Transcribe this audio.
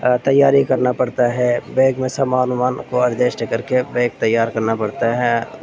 تیاری کرنا پڑتا ہے بیگ میں سامان ومان کو ایڈجسٹ کر کے بیگ تیار کرنا پڑتا ہے